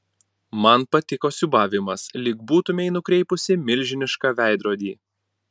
man patiko siūbavimas lyg būtumei nukreipusi milžinišką veidrodį